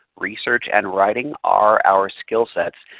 research and writing are our skill sets.